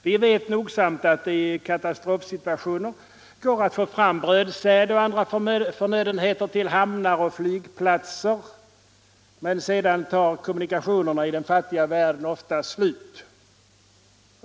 Vi vet nogsamt att det i katastrofsituationer går att få fram brödsäd och andra förnödenheter till hamnar och flygplatser, men sedan tar kommunikationerna i den fattiga världen oftast slut.